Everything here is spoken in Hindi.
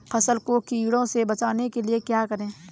फसल को कीड़ों से बचाने के लिए क्या करें?